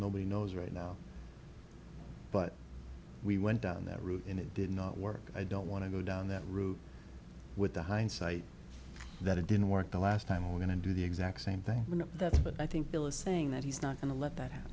nobody knows right now but we went down that route and it did not work i don't want to go down that route with the hindsight that it didn't work the last time we're going to do the exact same thing with that but i think bill is saying that he's not going to let that